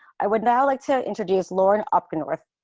i would now like to introduce lauren up and north.